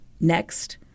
Next